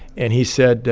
and he said,